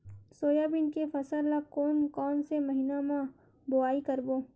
Soybean के फसल ल कोन कौन से महीना म बोआई करबो?